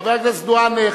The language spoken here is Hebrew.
חבר הכנסת דואן,